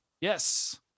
yes